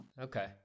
Okay